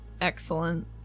Excellent